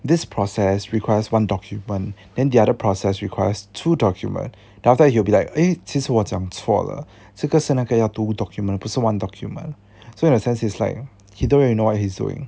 this process requires one document then the other process requires two document then after that he will be like eh 其实我讲错了这个是那个要 two document 不是那个要 one document so in a sense he's like he don't really know what he's doing